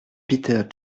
peter